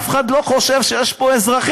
אף אחד לא חושב שיש פה אזרחים.